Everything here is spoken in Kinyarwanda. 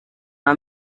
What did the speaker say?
cya